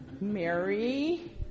Mary